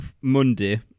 Monday